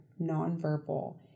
nonverbal